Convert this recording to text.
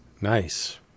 nice